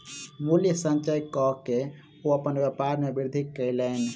मूल्य संचय कअ के ओ अपन व्यापार में वृद्धि कयलैन